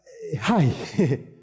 Hi